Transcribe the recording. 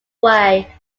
way